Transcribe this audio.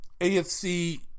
AFC